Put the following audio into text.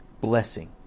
blessing